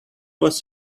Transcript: was